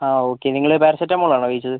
ആ ഓക്കെ നിങ്ങള് പാരസെറ്റാമോളാണോ കഴിച്ചത്